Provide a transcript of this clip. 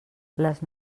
les